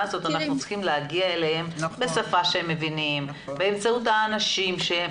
הזאת אנחנו צריכים להגיע אליהם בשפה שהם מבינים באמצעות האנשים שהם